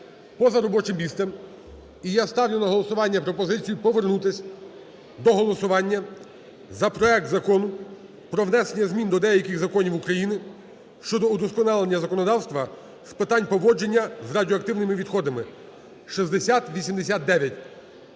поза робочим місцем. І я ставлю на голосування пропозицію повернутися до голосування за проект Закону про внесення змін до деяких законів України щодо удосконалення законодавства з питань поводження з радіоактивними відходами (6089).